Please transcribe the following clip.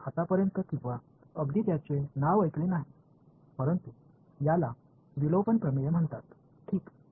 म्हणून आतापर्यंत किंवा अगदी त्याचे नाव ऐकले आहे परंतु याला विलोपन प्रमेय म्हणतात ठीक